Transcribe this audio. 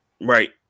Right